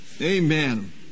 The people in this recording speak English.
Amen